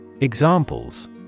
Examples